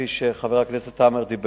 כפי שחבר הכנסת עמאר אמר.